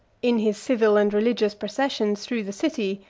in his civil and religious processions through the city,